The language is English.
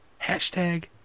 Hashtag